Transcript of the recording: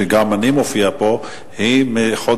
וגם אני מופיע פה,